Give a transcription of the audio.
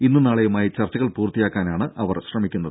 ഇന്നും നാളെയുമായി ചർച്ചകൾ പൂർത്തിയാക്കാനാണ് അവർ ശ്രമിക്കുന്നത്